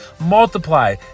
multiply